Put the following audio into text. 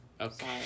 Okay